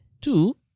Two